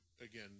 again